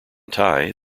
thai